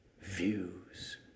views